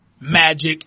Magic